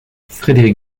frédéric